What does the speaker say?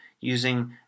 using